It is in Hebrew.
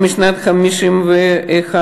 משנת 1951,